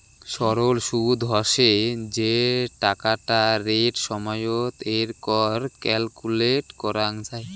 সরল সুদ হসে যে টাকাটা রেট সময়ত এর কর ক্যালকুলেট করাঙ যাই